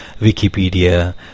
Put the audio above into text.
Wikipedia